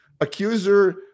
accuser